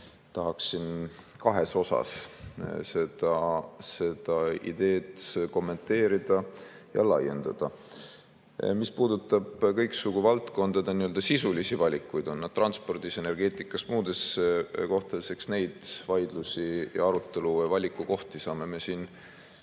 tahaksin kahes osas seda ideed kommenteerida ja laiendada. Mis puudutab kõiksugu valdkondade sisulisi valikuid, olgu need transpordis, energeetikas, muudes kohtades, eks neid vaidlusi ja arutelu‑ või valikukohti saame me siin